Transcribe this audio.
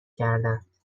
کردند